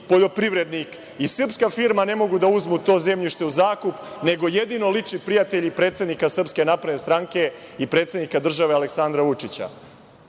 poljoprivrednik i srpska firma ne mogu da uzmu ta zemljište u zakup nego jedino lični prijatelji predsednika SNS i predsednika države, Aleksandra Vučića?